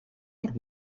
what